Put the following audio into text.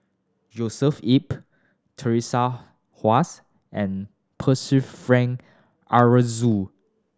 Joshua Ip Teresa Hsu and Percival Frank Aroozoo